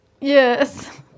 Yes